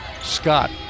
Scott